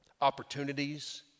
Opportunities